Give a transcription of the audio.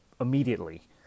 immediately